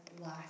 life